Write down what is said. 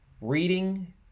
reading